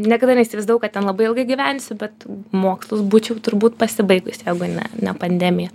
niekada neįsivaizdavau kad ten labai ilgai gyvensiu bet mokslus būčiau turbūt pasibaigus jeigu ne ne pandemija